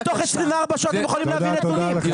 אבל תוך 24 שעות הם יכולים להביא נתונים,